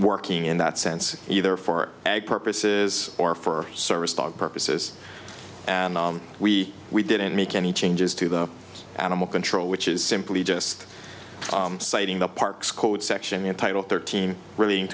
working in that sense either for eg purposes or for service dog purposes and we we didn't make any changes to the animal control which is simply just citing the park's code section in title thirteen re